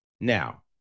Now